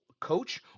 coach